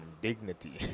dignity